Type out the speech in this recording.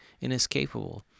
inescapable